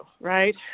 right